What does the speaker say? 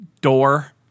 Door